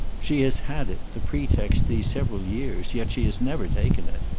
she has had it, the pretext, these several years, yet she has never taken it.